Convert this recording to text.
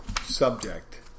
subject